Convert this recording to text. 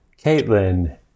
Caitlin